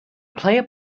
player